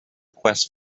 quest